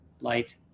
light